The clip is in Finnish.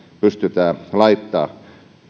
pystytään laittamaan